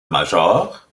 major